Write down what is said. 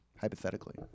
hypothetically